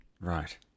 Right